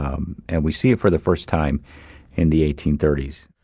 um and we see it for the first time in the eighteen thirty s.